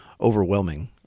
overwhelming